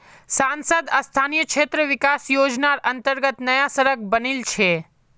सांसद स्थानीय क्षेत्र विकास योजनार अंतर्गत नया सड़क बनील छै